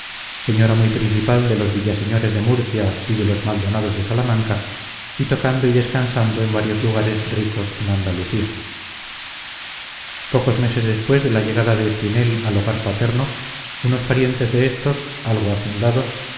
señora muy principal de los villaseñores de murcia y de los maldonados de salamanca y tocando y descansando en varios lugares ricos en andalucía pocos meses después de la llegada de espinel al hogar paterno unos parientes de estos algo hacendados